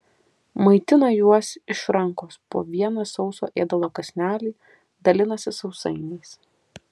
maitina juos iš rankos po vieną sauso ėdalo kąsnelį dalinasi sausainiais